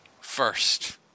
first